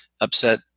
upset